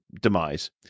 demise